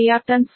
u ಆಗಿದೆ